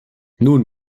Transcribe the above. nun